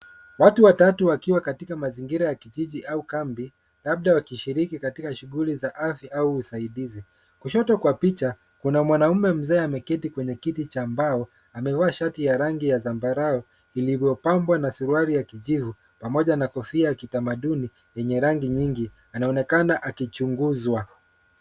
Watu watatu wakiwa katika mazingira ya kijiji au kambi, labda wakishiriki katika shughuli za afya au usaidizi. Kushoto kwa picha, kuna mwanaume mzee ameketi kwenye kiti cha mbao, amevaa shati ya rangi ya zambarau ilivyopambwa na suruali ya kijivu pamoja na kofia ya kitamaduni yenye rangi nyingi anaonekana akichunguzwa.